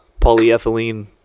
polyethylene